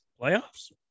Playoffs